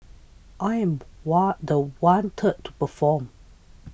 I am was the one to perform